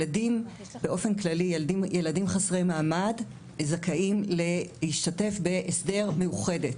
באופן כללי ילדים חסרי מעמד זכאים להשתתף בהסדר מאוחדת.